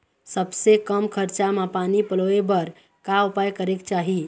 सबले कम खरचा मा पानी पलोए बर का उपाय करेक चाही?